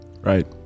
Right